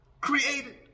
created